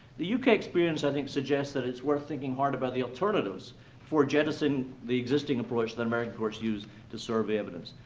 the u k. experience, i think, suggests that it's worth thinking hard about the alternatives for jettisoning the existing approach that american courts use to survey evidence.